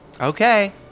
Okay